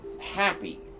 happy